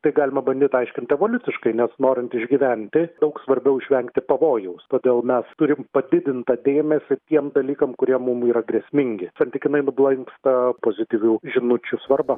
tai galima bandyt aiškint evoliuciškai nes norint išgyventi daug svarbiau išvengti pavojaus todėl mes turim padidintą dėmesį tiem dalykam kurie mum yra grėsmingi santykinai nublanksta pozityvių žinučių svarba